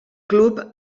club